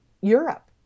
Europe